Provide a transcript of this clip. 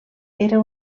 era